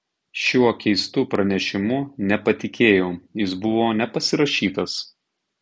šiuo keistu pranešimu nepatikėjau jis buvo nepasirašytas